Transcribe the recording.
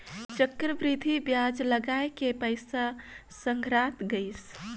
चक्रबृद्धि बियाज लगाय के पइसा संघरात गइस